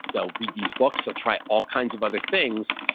they'll read these books. they'll try all kinds of other things.